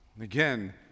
again